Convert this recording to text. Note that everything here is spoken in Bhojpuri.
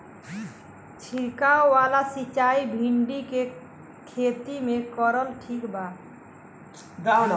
छीरकाव वाला सिचाई भिंडी के खेती मे करल ठीक बा?